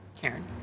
Karen